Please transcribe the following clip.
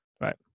Right